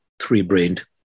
three-brained